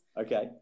Okay